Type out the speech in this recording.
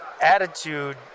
attitude